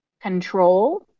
control